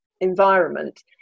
environment